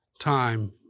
time